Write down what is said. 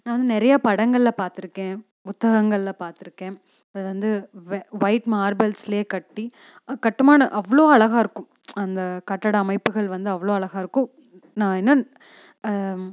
நான் வந்து நிறையா படங்களில் பார்த்துருக்கேன் புத்தகங்களில் பார்த்துருக்கேன் அது வந்து வொயிட் மார்பில்ஸ்லேயே கட்டி கட்டுமானம் அவ்வளோ அழகாக இருக்கும் அந்த கட்டட அமைப்புகள் வந்து அவ்வளோ அழகாக இருக்கும் நான் என்ன